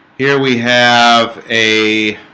here we have a